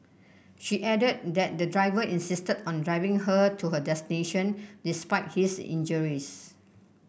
she added that the driver insisted on driving her to her destination despite his injuries